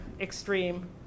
extreme